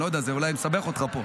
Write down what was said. לא יודע, אולי זה מסבך אותך פה.